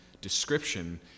description